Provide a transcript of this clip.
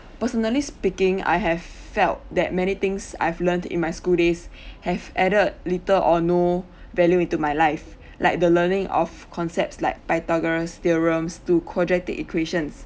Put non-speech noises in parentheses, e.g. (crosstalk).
personally speaking I have felt that many things I've learnt in my school days (breath) have added little or no (breath) value into my life (breath) like the learning of concepts like Pythagoras theorems to quadratic equations